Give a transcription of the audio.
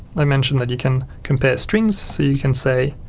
i mentioned that you can compare strings, so you can say